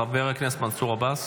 חבר הכנסת מנסור עבאס,